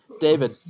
David